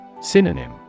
Synonym